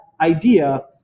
idea